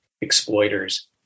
exploiters